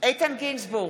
איתן גינזבורג,